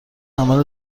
عمل